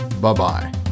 Bye-bye